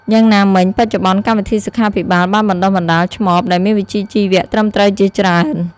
យ៉ាងណាមិញ បច្ចុប្បន្នកម្មវិធីសុខាភិបាលបានបណ្តុះបណ្ដាលឆ្មបដែលមានវិជ្ជាជីវៈត្រឹមត្រូវជាច្រើន។